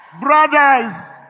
Brothers